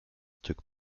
took